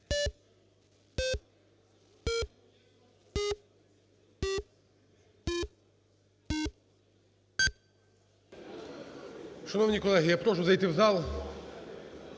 Шановні колеги, я прошу зайти в зал.